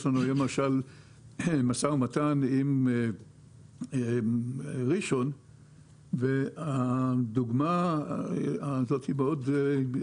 יש לנו היום למשל משא ומתן עם ראשון לציון והדוגמה הזאת מרשימה מאוד.